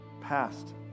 past